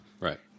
Right